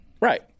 Right